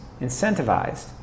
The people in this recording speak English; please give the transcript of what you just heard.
incentivized